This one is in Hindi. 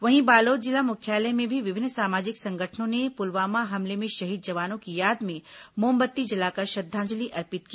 वहीं बालोद जिला मुख्यालय में भी विभिन्न सामाजिक संगठनों ने पुलवामा हमले में शहीद जवानों की याद में मोमबत्ती जलाकर श्रद्धांजलि अर्पित की